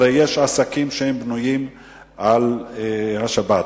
הרי יש עסקים שבנויים על השבת,